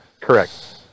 Correct